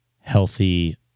healthy